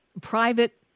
private